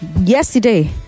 yesterday